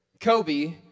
Kobe